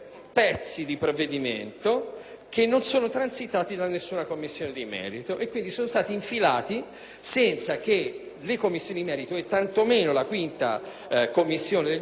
che non sono transitati in nessuna Commissione di merito; sono stati infilati senza che le Commissioni di merito, e tanto meno la Commissione bilancio, abbiano potuto discuterne.